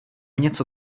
něco